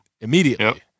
immediately